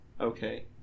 Okay